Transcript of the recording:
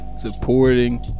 Supporting